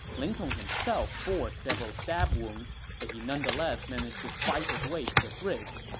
ling tong himself bore several stab wounds, but he nonetheless managed to fight his way to the bridge.